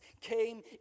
came